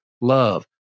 love